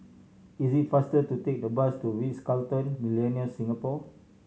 is it faster to take the bus to The Ritz Carlton Millenia Singapore